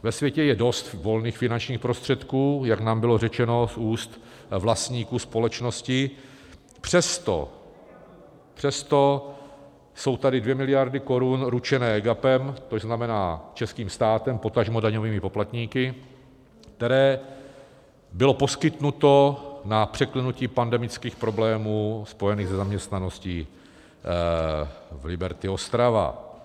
Ve světě je dost volných finančních prostředků, jak nám bylo řečeno z úst vlastníků společnosti, přesto jsou tady 2 miliardy korun ručené EGAPem, což znamená českým státem, potažmo daňovými poplatníky, které byly poskytnuty na překlenutí pandemických problémů spojených se zaměstnaností v Liberty Ostrava.